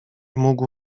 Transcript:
mógł